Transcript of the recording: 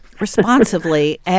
responsibly